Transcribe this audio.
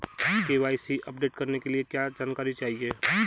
KYC update करने के लिए क्या जानकारी चाहिए?